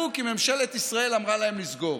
הם סגרו כי ממשלת ישראל אמרה להם לסגור.